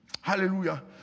Hallelujah